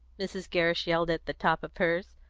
mrs. gerrish yelled at the top of hers.